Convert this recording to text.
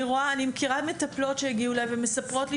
אני מכירה מטפלות שהגיעו אלי ומספרות לי